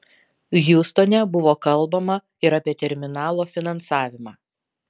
hjustone buvo kalbama ir apie terminalo finansavimą